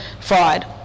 fraud